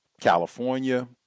california